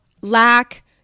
lack